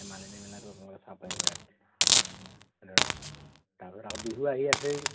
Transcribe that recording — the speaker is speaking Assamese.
মালিনী মেলাটো আপোনালোকে চাব পাৰিব ইয়াত তাৰপিছত আৰু বিহু আহি আছেই